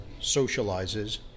socializes